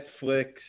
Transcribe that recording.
Netflix